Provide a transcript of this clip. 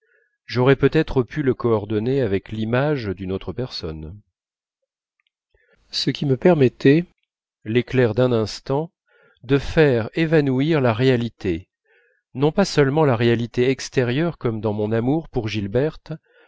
j'aurais peut-être pu le coordonner avec l'image d'une autre personne ce qui me permettait l'éclair d'un instant de faire évanouir la réalité non pas seulement la réalité extérieure comme dans mon amour pour gilberte